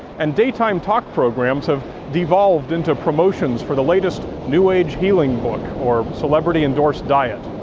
and daytime talk programs have devolved into promotions for the latest new age healing book or celebrity-endorsed diet.